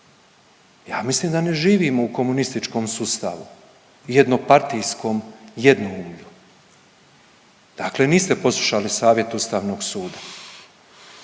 Ja mislim da ne živimo u komunističkom sustavu i jednopartijskom jednoumlju. Dakle niste poslušali savjet Ustavnog suda.